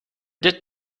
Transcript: that